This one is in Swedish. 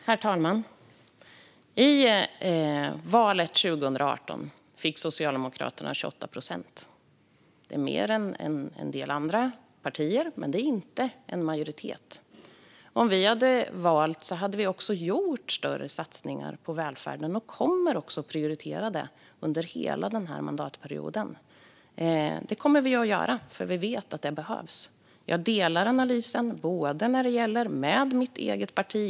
Herr talman! I valet 2018 fick Socialdemokraterna 28 procent. Det är mer än en del andra partier, men det är inte en majoritet. Om vi hade fått välja hade vi gjort större satsningar på välfärden. Vi kommer att prioritera detta under hela mandatperioden. Det kommer vi att göra, för vi vet att det behövs. Jag håller med om analysen när det gäller mitt eget parti.